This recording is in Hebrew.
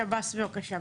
שב"ס, בבקשה.